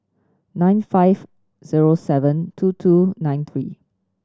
nine five zero seven two two nine three